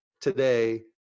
today